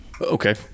Okay